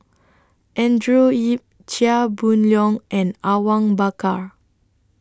Andrew Yip Chia Boon Leong and Awang Bakar